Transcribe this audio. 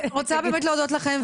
אני רוצה באמת להודות לכם,